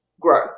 grow